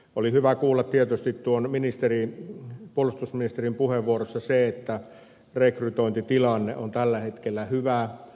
oli hyvä kuulla tietysti puolustusministerin puheenvuorossa se että rekrytointitilanne on tällä hetkellä hyvä